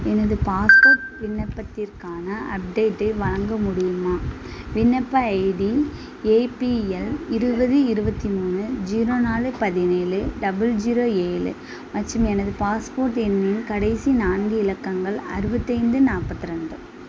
எனது பாஸ்போர்ட் விண்ணப்பத்திற்கான அப்டேட்டை வழங்க முடியுமா விண்ணப்ப ஐடி ஏபிஎல் இருபது இருபத்தி மூணு ஜீரோ நாலு பதினேழு டபுள் ஜீரோ ஏழு மற்றும் எனது பாஸ்போர்ட் எண்ணின் கடைசி நான்கு இலக்கங்கள் அறுபத்தைந்து நாற்பத்து ரெண்டு